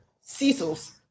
Cecil's